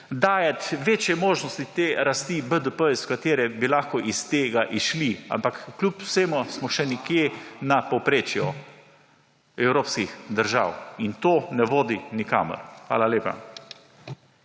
dajati večje možnosti te rasti BDP s katere bi lahko iz tega izšli, ampak kljub vsemu smo še nekje na povprečju evropskih držav in to ne vodi nikamor. Hvala lepa.